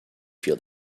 field